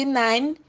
nine